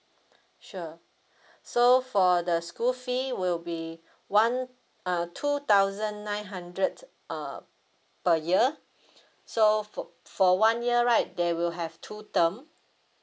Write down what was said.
sure so for the school fee will be one uh two thousand nine hundred uh per year so for for one year right there will have two term